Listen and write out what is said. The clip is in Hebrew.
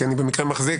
כי אני במקרה מחזיק,